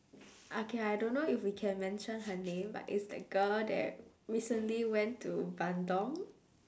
okay I don't know if we can mention her name but it's the girl that recently went to bandung